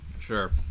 Sure